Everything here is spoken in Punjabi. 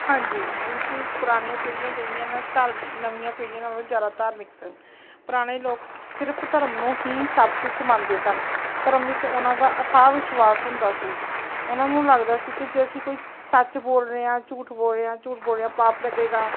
ਹਾਂਜੀ ਬਿਲਕੁਲ ਪੁਰਾਣੀਆਂ ਪੀੜ੍ਹੀਆਂ ਜਿਹੜੀਆਂ ਨਾ ਧਰ ਨਵੀਆਂ ਪੀੜ੍ਹੀਆਂ ਨਾਲ ਜ਼ਿਆਦਾ ਧਾਰਮਿਕ ਸਨ ਪੁਰਾਣੇ ਲੋਕ ਸਿਰਫ ਧਰਮ ਨੂੰ ਹੀ ਸਭ ਕੁਝ ਮੰਨਦੇ ਸਨ ਧਰਮ ਵਿੱਚ ਉਹਨਾਂ ਦਾ ਅਥਾਹ ਵਿਸ਼ਵਾਸ ਹੁੰਦਾ ਸੀ ਉਹਨਾਂ ਨੂੰ ਲੱਗਦਾ ਸੀ ਕਿ ਜੇ ਅਸੀਂ ਕੋਈ ਸੱਚ ਬੋਲ ਰਹੇ ਹਾਂ ਝੂਠ ਬੋਲ ਰਹੇ ਹਾਂ ਝੂਠ ਬੋਲ ਰਹੇ ਹਾਂ ਪਾਪ ਲੱਗੇਗਾ